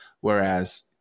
Whereas